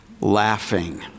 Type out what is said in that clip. laughing